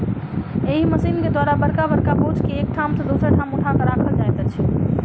एहि मशीन के द्वारा बड़का बड़का बोझ के एक ठाम सॅ दोसर ठाम उठा क राखल जाइत अछि